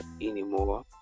anymore